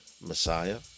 Messiah